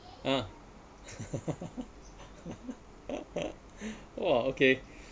ah !wah! okay